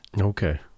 Okay